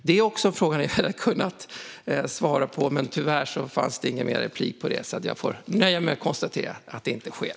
Det är också en fråga som ni hade kunnat få svara på, men tyvärr fanns det ingen mer repliktid så jag får nöja mig med att konstatera att detta inte sker.